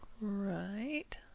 Right